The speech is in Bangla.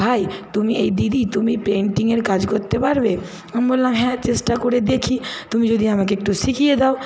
ভাই তুমি এই দিদি তুমি পেন্টিংয়ের কাজ করতে পারবে আমি বললাম হ্যাঁ চেষ্টা করে দেখি তুমি যদি আমাকে একটু শিখিয়ে দাও